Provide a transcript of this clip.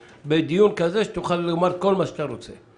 בדיון כזה שתוכל לומר כל מה שאתה רוצה.